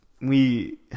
we-